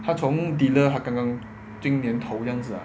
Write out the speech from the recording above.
他从 dealer 他刚刚今年头这样子 ah